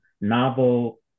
novel